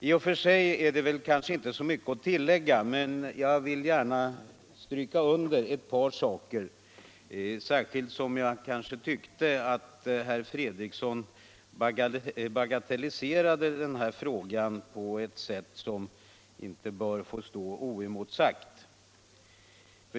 I och för sig är det kanske inte så mycket att tillägga, men jag vill gärna stryka under ett par saker, särskilt som jag tyckte att herr Fredriksson bagatelliserade frågan på ett sådant sätt att det inte bör få stå oemotsagt.